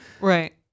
Right